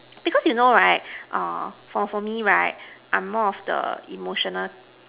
because you know right err for for me right I'm more of the emotional